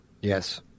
Yes